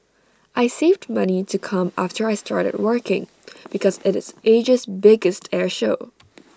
I saved money to come after I started working because IT is Asia's biggest air show